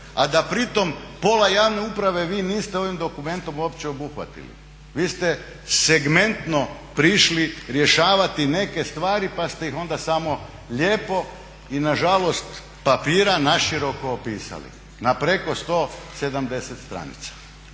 a da pritom pola javne uprave vi niste ovim dokumentom uopće obuhvatili. Vi ste segmentno prišli rješavati neke stvari pa ste ih onda samo lijepo i nažalost papira naširoko opisali na preko 170 stranica.